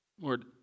Lord